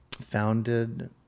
Founded